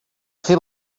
fer